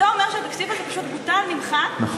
אתה אומר שהתקציב הזה פשוט בוטל, נמחק?